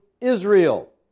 Israel